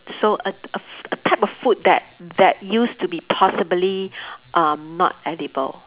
so a a a type of food that that used to be possibly um not edible